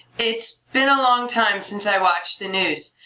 it's been a long time since i watched the news.